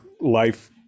life